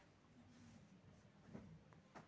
कइसे किस्त मा लोन ला पटाए बर बगरा ब्याज नहीं लगही?